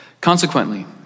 Consequently